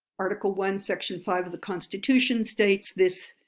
article one section five of the constitution states this,